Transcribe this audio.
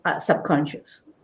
subconscious